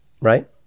Right